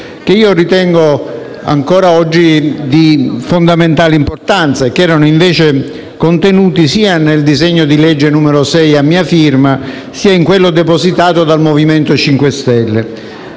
che ritengo ancora oggi di fondamentale importanza e che erano contenuti sia nel disegno di legge n. 6, a mia firma, sia in quello depositato dal MoVimento 5 Stelle.